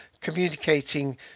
communicating